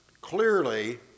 clearly